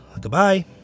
goodbye